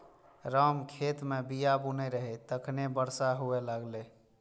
राम खेत मे बीया बुनै रहै, तखने बरसा हुअय लागलै